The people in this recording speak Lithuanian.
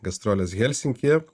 gastrolės helsinkyje